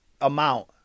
amount